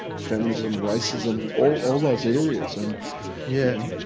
feminism, racism, all all those areas. and yeah,